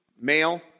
male